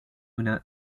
una